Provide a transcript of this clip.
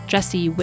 Jesse